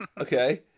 Okay